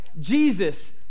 Jesus